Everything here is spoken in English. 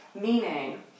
Meaning